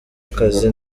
akazi